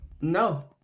No